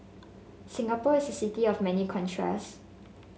Singapore is a city of many contrasts